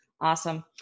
Awesome